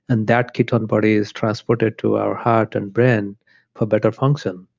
and that ketone body is transported to our heart and brain for better function.